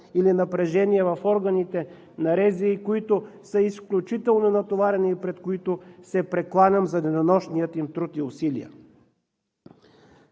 или напрежение в органите на РЗИ, които са изключително натоварени и пред които се прекланям за денонощния им труд и усилия.